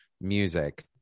music